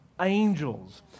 angels